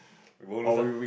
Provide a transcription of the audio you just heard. you won't lose ah